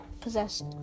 possessed